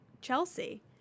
Chelsea